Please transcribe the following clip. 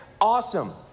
awesome